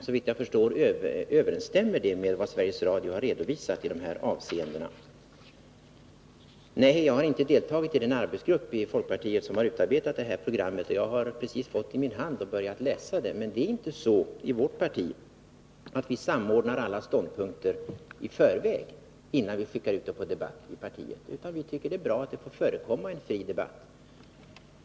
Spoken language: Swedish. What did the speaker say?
Såvitt jag förstår överensstämmer det med vad Sveriges Radio har redovisat i dessa avseenden. Nej, jag har inte deltagit i den arbetsgrupp inom folkpartiet som har utarbetat det program som Georg Andersson nämnde. Jag har just fått det i min hand och börjat läsa det. Det är inte så i vårt parti att vi samordnar alla ståndpunkter i förväg, innan vi skickar ut dem till debatt inom partiet, utan vi tycker att det är bra att det får förekomma en fri debatt.